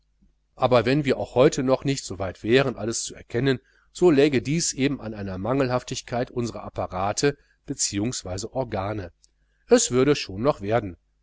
aber wenn wir auch heute noch nicht so weit wären alles zu erkennen so läge dies eben an einer mangelhaftigkeit unserer apparate bzw organe es würde schon noch werden